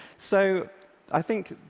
so i think,